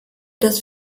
dass